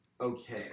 okay